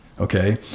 okay